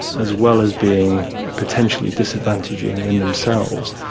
as well as being potentially disadvantage in in themselves,